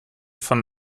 von